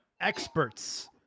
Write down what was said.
experts